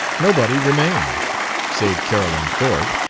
nobody remained save carolyn thorpe,